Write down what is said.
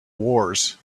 wars